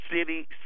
city